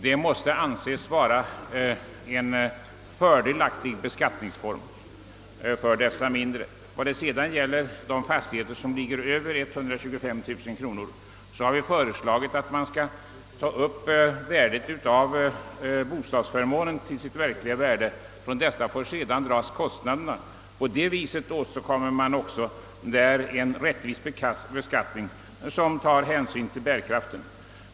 Detta måste anses vara en fördelaktig beskattningsform för mindre egnahem. Beträffande fastigheter med taxeringsvärde över 125 000 kronor har vi föreslagit att värdet av bostadsförmånen tages upp till sitt verkliga värde. Härifrån får sedan dragas kostnaderna. Därigenom åstadkommes en rättvis beskattning som tar hänsyn till bärkraften.